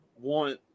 want